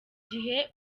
gihe